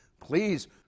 Please